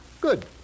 Good